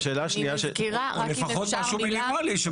לפחות משהו מינימלי.